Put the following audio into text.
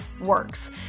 works